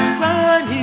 sun